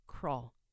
Crawl